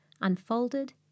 unfolded